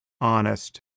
honest